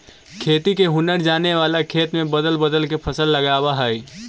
खेती के हुनर जाने वाला खेत में बदल बदल के फसल लगावऽ हइ